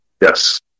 Yes